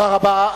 תודה רבה.